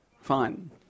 fine